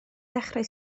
ddechrau